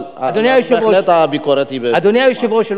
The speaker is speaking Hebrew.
אדוני היושב-ראש,